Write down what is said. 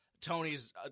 Tony's